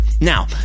now